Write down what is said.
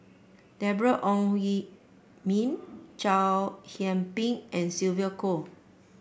Deborah Ong Yi Min Chow Yian Ping and Sylvia Kho